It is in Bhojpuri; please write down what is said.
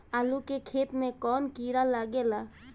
आलू के खेत मे कौन किड़ा लागे ला?